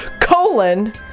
colon